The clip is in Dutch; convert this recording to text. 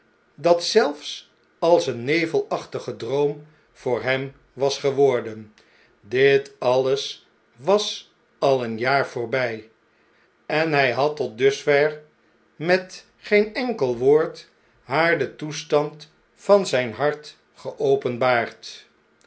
dat zelfs als een nevelachtige droom voor hem was geworden dit alles was al een jaar voorbjj en h j had tot dusverre met geen enkel woord haar den toestand van zn'n hart